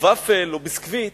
או ופל, או ביסקוויט,